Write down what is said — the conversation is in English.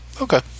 okay